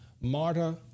Marta